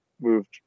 moved